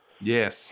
Yes